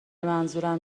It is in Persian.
منظورم